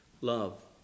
Love